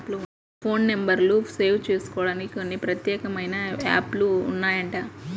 phone నెంబర్లు save జేసుకోడానికి కొన్ని ప్రత్యేకమైన యాప్ లు ఉన్నాయంట